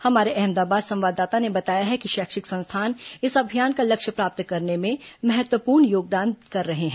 हमारे अहमदाबाद संवाददाता ने बताया है कि शैक्षिक संस्थान इस अभियान का लक्ष्य प्राप्त करने में महत्वूर्ण योगदान कर रहे हैं